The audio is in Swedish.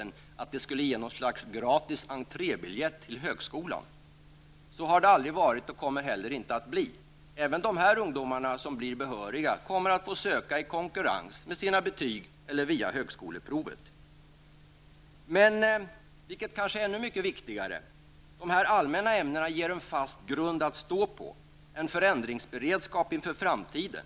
Man har ju talat om att detta skulle innebära ett slags gratis entrébiljett till högskolan. Så har det aldrig varit, och så kommer det heller inte att bli. Även de ungdomar som härmed blir behöriga kommer att få söka i konkurrens på sina betyg eller via högskoleprovet. Men ännu viktigare är kanske att de allmänna ämnena ger en fast grund att stå på. De ger en beredskap inför förändringar i framtiden.